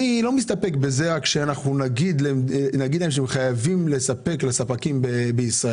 אני לא מסתפק בזה שנגיד להם שהם חייבים לספק לספקים בישראל.